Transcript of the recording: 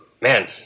Man